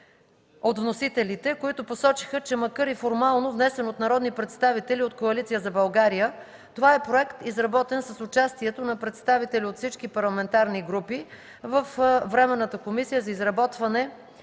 от вносителите, които посочиха, че макар и формално внесен от народни представители от Коалиция за България, това е проект, изработен с участието на представители от всички парламентарни групи във Временната комисия за изработване